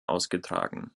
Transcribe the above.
ausgetragen